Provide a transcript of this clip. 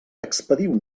expediu